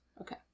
Okay